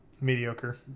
Mediocre